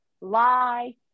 lie